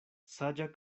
saĝa